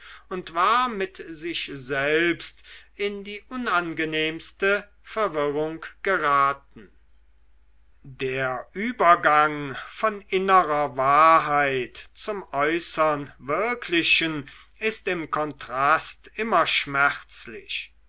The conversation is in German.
und war mit sich selbst in die unangenehmste verwirrung geraten der übergang von innerer wahrheit zum äußern wirklichen ist im kontrast immer schmerzlich